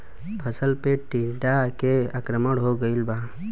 फसल पे टीडा के आक्रमण हो गइल बा?